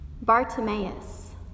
Bartimaeus